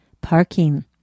Parking